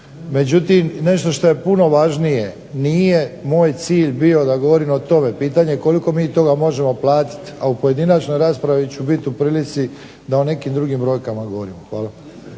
Međutim, nešto što je puno važnije nije moj cilj bio da govorim o tome. Pitanje je koliko mi toga možemo platiti? A u pojedinačnoj raspravi ću bit u prilici da o nekim drugim brojkama govorim.